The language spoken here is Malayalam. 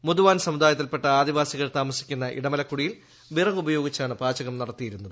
മുതുവാൻ സമുദായത്തിൽപ്പെട്ട ആദിവാസികൾ താമസിക്കുന്ന ഇടമലക്കുടിയിൽ വിറക് ഉപയോഗിച്ചാണ് പാചകം നടത്തിയിരുന്നത്